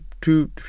two